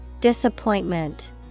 Disappointment